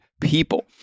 people